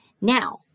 Now